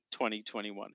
2021